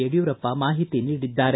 ಯಡಿಯೂರಪ್ಪ ಮಾಹಿತಿ ನೀಡಿದ್ದಾರೆ